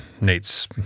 Nate's